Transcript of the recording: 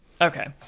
okay